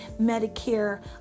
Medicare